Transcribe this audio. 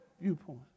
viewpoint